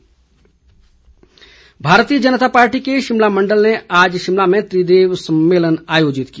सम्मेलन भारतीय जनता पार्टी के शिमला मंडल ने आज शिमला में त्रिदेव सम्मेलन आयोजित किया